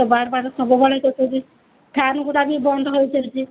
ବାର୍ ବାର୍ ସବୁବେଳେ କଟୁଛି ଫ୍ୟାନ୍ଗୁଡ଼ା ବି ବନ୍ଦ ହଉ ଚାଲିଛି